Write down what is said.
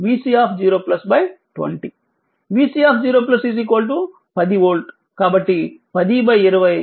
vC0 10 volt కాబట్టి 1020 0